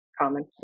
Common